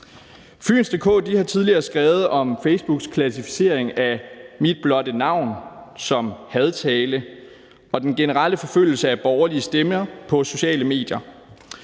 Fyns DK har tidligere skrevet om Facebooks klassificering af mit blotte navn som hadtale og den generelle forfølgelse af borgerlige stemmer på sociale medier.